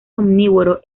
omnívoro